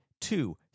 two